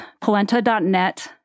polenta.net